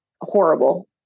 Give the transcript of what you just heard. horrible